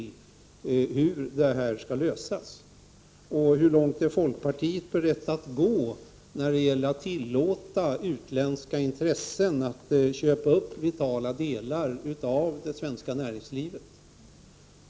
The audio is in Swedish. Hur långt är folkpartiet berett att gå när det gäller att tillåta utländska intressen att köpa upp vitala delar av det svenska näringslivet?